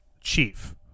chief